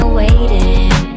waiting